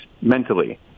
mentally